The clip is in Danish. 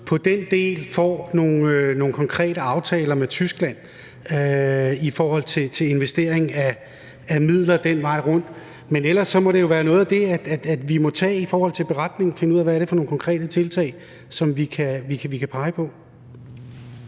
på den del får nogle konkrete aftaler med Tyskland, når det handler om investering af midler den vej rundt. Men ellers må noget af det, vi må tage i forbindelse med beretningen, være at finde ud af, hvad det er for nogle konkrete tiltag, som vi kan pege på.